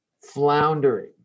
floundering